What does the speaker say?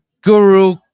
guru